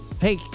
Hey